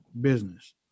business